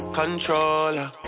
controller